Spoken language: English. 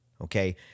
Okay